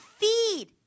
feed